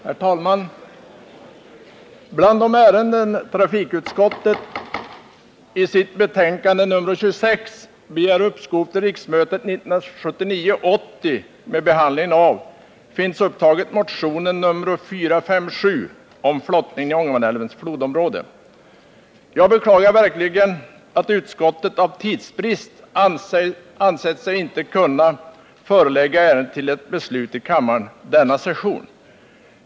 Herr talman! Bland de ärenden som trafikutskottet i sitt betänkande nr 26 begär uppskov med behandlingen av till riksmötet 1979/80 finns upptagen motionen 457 om flottningen i Ångermanälvens flodsystem. Jag beklagar verkligen att utskottet av tidsbrist ansett sig inte kunna förelägga kammaren ärendet för beslut under denna session.